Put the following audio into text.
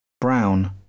Brown